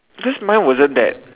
because mine wasn't that